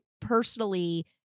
personally